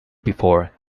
before